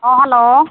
ᱦᱮᱸ ᱦᱮᱞᱳ